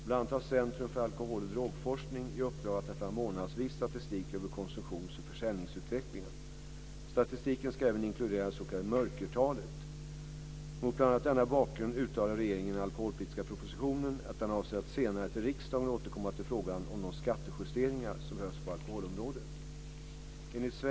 Bl.a. har Centrum för alkohol och drogforskning i uppdrag att ta fram månadsvis statistik över konsumtions och försäljningsutvecklingen. Statistiken ska även inkludera det s.k. mörkertalet. Mot bl.a. denna bakgrund uttalade regeringen i den alkoholpolitiska propositionen att den avser att senare till riksdagen återkomma till frågan om de skattejusteringar som behövs på alkoholområdet.